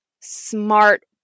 smart